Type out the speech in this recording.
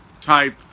type